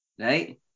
right